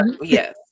Yes